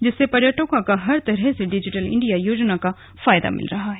जिससे पर्यटकों का हर तरह से डिजिटल इंडिया योजना का फायदा मिल रहा है